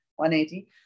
180